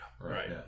Right